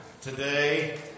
today